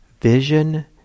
vision